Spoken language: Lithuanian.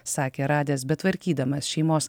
sakė radęs betvarkydamas šeimos